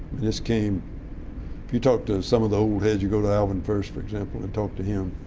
this came if you talked to some of the old heads, you go to alvin first, for example, and talk to him,